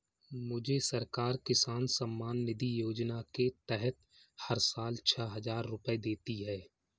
मुझे सरकार किसान सम्मान निधि योजना के तहत हर साल छह हज़ार रुपए देती है